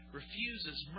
refuses